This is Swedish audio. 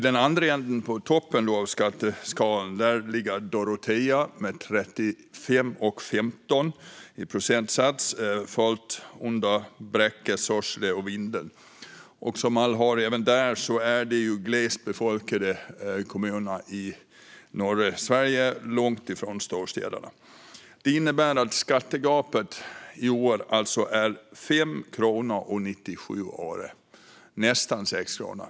I den ändra änden, i toppen av skatteskalan, ligger Dorotea med 35,15 i procentsats, följt av Bräcke, Sorsele och Vindeln. Som alla vet är de glesbefolkade kommuner i norra Sverige, långt ifrån storstäderna. Skattegapet i år är alltså 5,97 kronor, nästan 6 kronor.